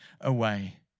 away